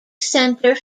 center